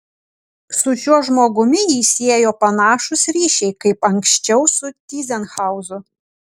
su šiuo žmogumi jį siejo panašūs ryšiai kaip anksčiau su tyzenhauzu